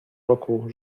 roku